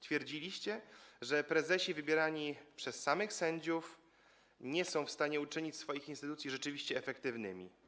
Twierdziliście, że prezesi wybierani przez samych sędziów nie są w stanie uczynić swoich instytucji rzeczywiście efektywnymi.